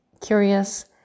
curious